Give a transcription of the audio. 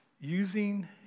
using